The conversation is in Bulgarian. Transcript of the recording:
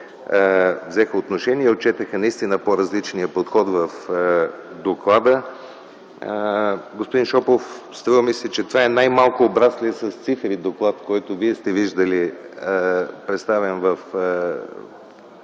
взеха отношение и отчетоха наистина по-различния подход в доклада. Господин Шопов, струва ми се, че това е най-малко обраслия с цифри доклад, който Вие сте виждали представен в